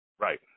Right